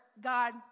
God